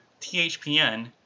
THPN